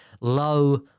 Low